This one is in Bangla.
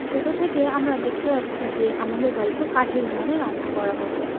ছোটো থেকে আমরা দেখে আসছি যে আমাদের বাড়িতে কাঠের উনুনে রান্না করা হতো